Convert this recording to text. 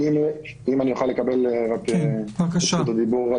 אם אני אוכל לקבל את רשות דיבור,